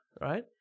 right